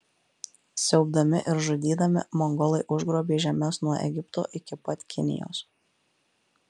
siaubdami ir žudydami mongolai užgrobė žemes nuo egipto iki pat kinijos